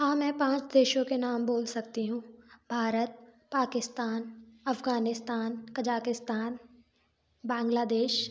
हाँ मैं पाँच देशों के नाम बोल सकती हूँ भारत पाकिस्तान अफ़गानिस्तान कजाकिस्तान बांग्लादेश